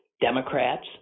Democrats